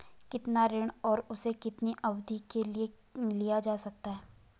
कितना ऋण और उसे कितनी अवधि के लिए लिया जा सकता है?